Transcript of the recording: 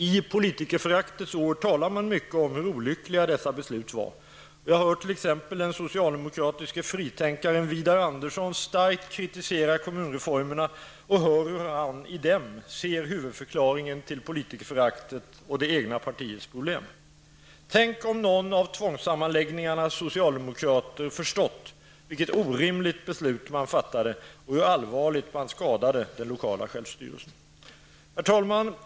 I politikerföraktets år talar man nu mycket om hur olyckliga dessa beslut var. Jag hör t.ex. den socialdemokratiske fritänkaren Vidar Andersson starkt kritisera kommunreformerna och hör hur han i dem ser huvudförklaringen till politikerföraktet och det egna partiets problem. Tänk om någon av tvångssammanläggningarnas socialdemokrater förstått vilket orimligt beslut man fattade och hur allvarligt man skadade den lokala självstyrelsen. Herr talman!